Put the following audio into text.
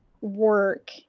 work